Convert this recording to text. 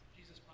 Jesus